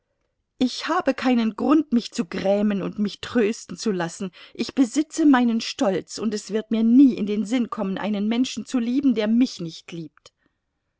ich habe gar keinen grund mich zu grämen und mich trösten zu lassen ich besitze meinen stolz und es wird mir nie in den sinn kommen einen menschen zu lieben der mich nicht liebt